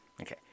Okay